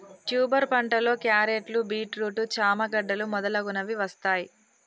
tuber పంటలో క్యారెట్లు, beetroot, చామ గడ్డలు మొదలగునవి వస్తాయ్